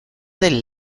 del